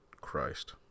Christ